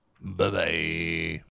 Bye-bye